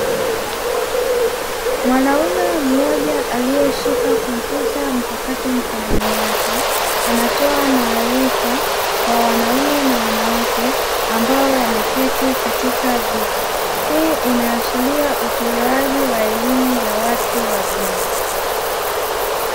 Mwanaume mmoja aliyeshika kompyuta mpakato mkononi mwake, anatoa maarifa kwa wanaume na wanawake ambao wameketi katika viti. Hii inaashiria utolewaji wa elimu ya watu wazima.